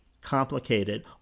complicated